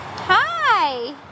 hi